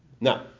Now